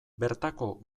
bertako